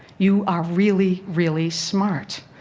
you are really, really smart.